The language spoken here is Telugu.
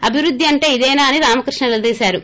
అభివృద్ధి అంటే ఇదేనా అని రామకృష్ణ నిలదీశారు